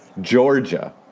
Georgia